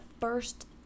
first